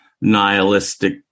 nihilistic